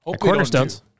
cornerstones